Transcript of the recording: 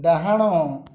ଡ଼ାହାଣ